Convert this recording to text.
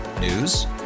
News